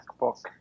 MacBook